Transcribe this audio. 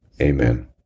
amen